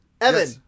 Evan